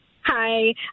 Hi